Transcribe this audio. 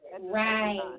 Right